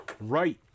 right